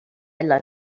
love